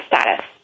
status